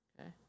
Okay